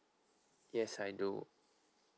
yes I do